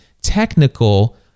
technical